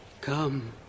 Come